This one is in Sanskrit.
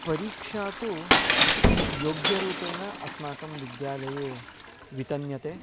परीक्षा तु योग्यरूपेण अस्माकं विद्यालये वितन्यते